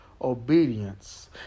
obedience